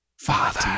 Father